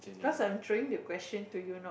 cause I'm throwing the question to you now